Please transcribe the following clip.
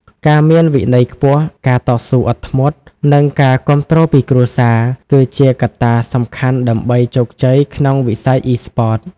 ការមានវិន័យខ្ពស់ ការតស៊ូអត់ធ្មត់ និងការគាំទ្រពីគ្រួសារ គឺជាកត្តាសំខាន់ដើម្បីជោគជ័យក្នុងវិស័យអុីស្ព័ត។